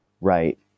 Right